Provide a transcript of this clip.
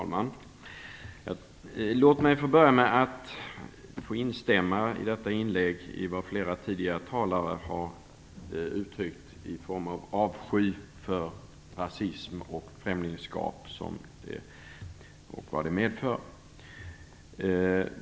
Fru talman! Låt mig få börja med att instämma i vad flera tidigare talare har uttryckt i form av avsky för rasism och främlingskap och vad detta medför.